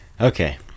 Okay